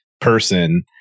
person